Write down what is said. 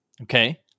Okay